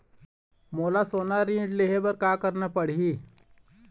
मोला सोना ऋण लहे बर का करना पड़ही?